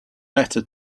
better